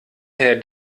herr